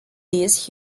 this